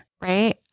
right